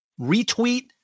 retweet